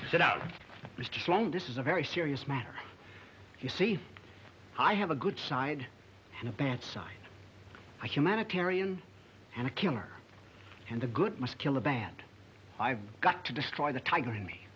strong this is a very serious matter you see i have a good side and a bad side a humanitarian and a killer and the good muscular bad i've got to destroy the tiger in me